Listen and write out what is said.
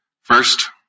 First